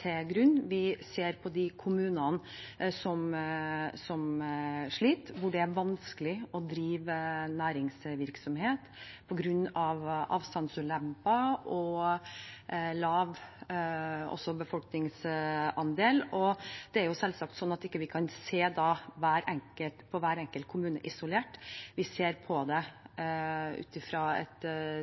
til grunn. Vi ser på de kommunene som sliter, hvor det er vanskelig å drive næringsvirksomhet på grunn av avstandsulemper og lav befolkningstetthet. Det er selvsagt slik at vi da ikke kan se på hver enkelt kommune isolert. Vi ser på det ut fra et